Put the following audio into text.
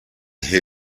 who